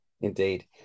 Indeed